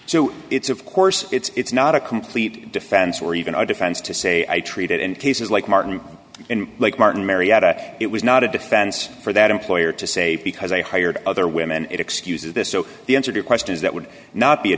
so it's of course it's not a complete defense or even our defense to say i treated in cases like martin and like martin marietta it was not a defense for that employer to say because i hired other women it excuses this so the answer to questions that would not be a